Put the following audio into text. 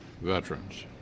veterans